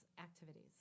activities